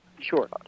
Sure